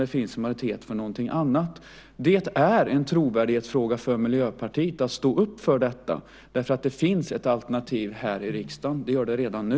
Det finns en majoritet för någonting annat. Det är en trovärdighetsfråga för Miljöpartiet att stå upp för detta, eftersom det finns ett alternativ här i riksdagen redan nu.